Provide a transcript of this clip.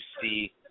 see